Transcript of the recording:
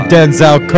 Denzel